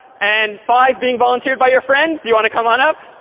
and five being volunteered by your friends. do you want to come on up?